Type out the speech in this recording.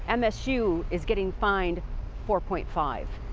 and msu is getting fined four point five.